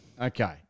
Okay